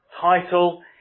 title